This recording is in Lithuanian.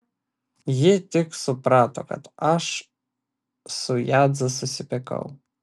ji tik suprato kad aš su jadze susipykau